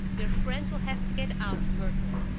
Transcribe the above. your friends will have to get out, myrtle,